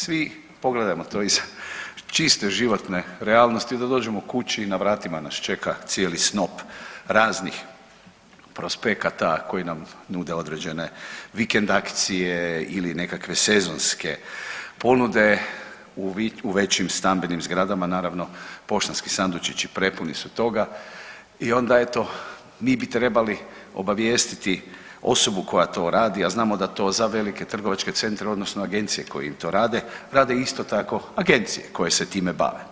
Svi, pogledajmo to iz čiste životne realnosti, da dođemo kući i na vratima nas čeka cijeli snop raznih prospekata koji nam nude određene vikend akcije ili nekakve sezonske ponude u većim stambenim zgradama, naravno, poštanski sandučiću prepuni su toga i onda eto, mi bi trebali obavijestiti osobu koja to radi, a znamo da to za velike trgovačke centre, odnosno agencije koje im to rade, rade isto tako, agencije koje se time bave.